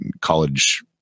college